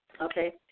Okay